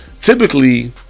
typically